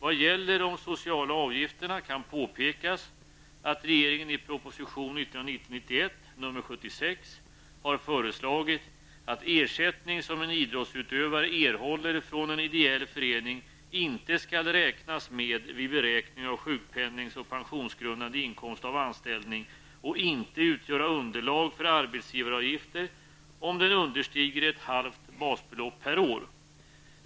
Vad gäller de sociala avgifterna kan påpekas att regeringen i proposition 1990/91:76 har föreslagit att ersättning som en idrottsutövare erhåller från en ideell förening inte skall räknas med vid beräkning av sjukpenningsoch pensionsgrundande inkomst av anställning och inte utgöra underlag för arbetsgivaravgifter om den understiger ett halvt basbelopp per år.